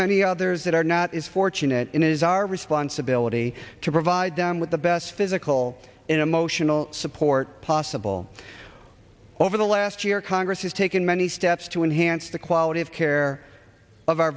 many others that are not as fortunate in is our responsibility to provide them with the best physical and emotional support possible over the last year congress has taken many steps to enhance the quality of care of our